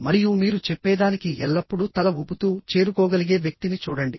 మరియు మీరు చెప్పేదానికి ఎల్లప్పుడూ తల ఊపుతూ చేరుకోగలిగే వ్యక్తిని చూడండి